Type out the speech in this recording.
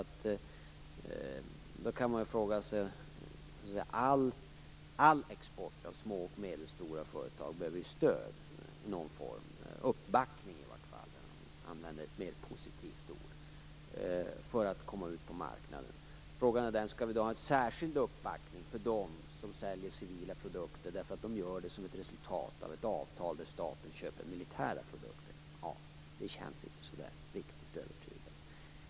All export från små och medelstora företag behöver ju stöd i någon form - i varje fall uppbackning, för att använda ett mer positivt ord - för att komma ut på marknaden. Frågan är då: Skall vi ha en särskild uppbackning för dem som säljer civila produkter därför att de gör det som ett resultat av ett avtal där staten köper militära produkter? Det känns inte så där riktigt övertygande.